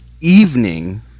evening